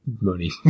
money